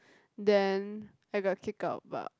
then I got kicked out